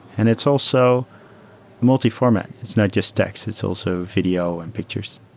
and it's also multi-format. it's not just text. it's also video and pictures.